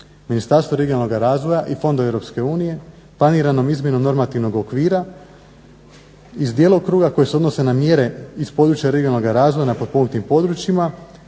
Ministarstvo regionalnoga razvoja i fondova EU planiranom izmjenom normativnog okvira iz djelokruga koje se odnose na mjere iz područja regionalnoga razvoja na potpomognutim područjima,